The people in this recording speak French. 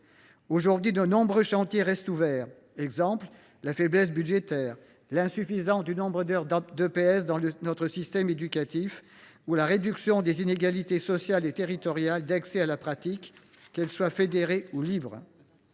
Aujourd’hui, de nombreux chantiers restent ouverts, parmi lesquels la faiblesse budgétaire, l’insuffisance du nombre d’heures d’EPS dans notre système éducatif ou la réduction des inégalités sociales et territoriales d’accès à la pratique, qu’elle soit fédérée ou libre.